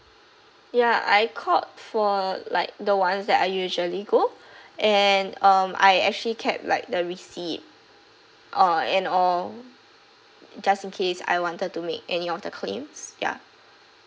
ya I called for like the ones that I usually go and um I actually kept like the receipt uh and all just in case I wanted to make any of the claims ya